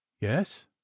yes